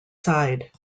side